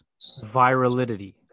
Virality